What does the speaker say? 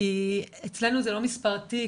כי אצלנו זה לא מספר תיק,